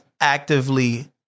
actively